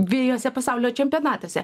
dviejuose pasaulio čempionatuose